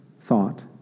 thought